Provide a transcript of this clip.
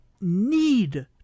need